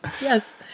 Yes